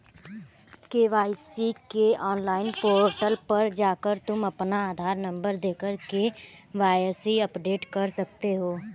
KYC के online portal पर जाकर तुम अपना आधार नंबर देकर के.वाय.सी अपडेट कर सकते हो